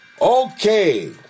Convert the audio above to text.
Okay